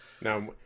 Now